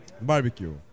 barbecue